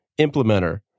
implementer